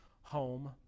home